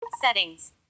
Settings